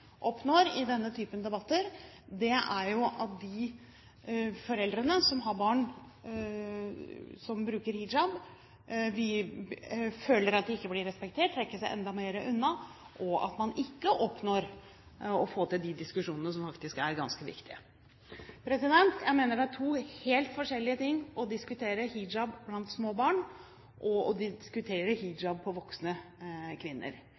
oppnår i denne typen debatter, er at de foreldrene som har barn som bruker hijab, føler at de ikke blir respektert og trekker seg enda mer unna, og at man ikke oppnår å få til de diskusjonene som faktisk er ganske viktige. Jeg mener det er to helt forskjellige ting å diskutere hijab på små barn og å diskutere hijab på voksne kvinner.